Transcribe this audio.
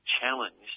challenged